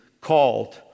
called